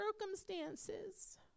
circumstances